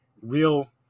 real